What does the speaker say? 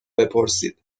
بپرسید